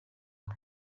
aho